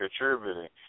contributing